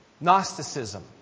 Gnosticism